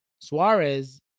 suarez